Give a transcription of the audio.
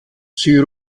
sie